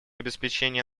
обеспечения